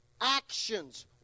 actions